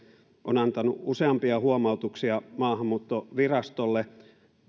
on antanut useampia huomautuksia maahanmuuttovirastolle